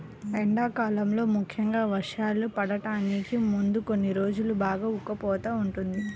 ఎండాకాలంలో ముఖ్యంగా వర్షాలు పడటానికి ముందు కొన్ని రోజులు బాగా ఉక్కపోతగా ఉంటుంది